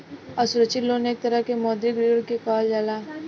असुरक्षित लोन एक तरह के मौद्रिक ऋण के कहल जाला